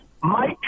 Mike